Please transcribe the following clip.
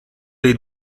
dei